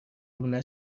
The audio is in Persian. لونه